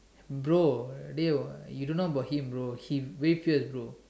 bro they were you don't know about him bro he way fierce bro